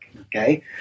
okay